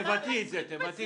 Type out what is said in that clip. תבטלי את זה.